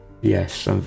Yes